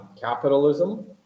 capitalism